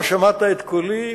לא שמעת את קולי,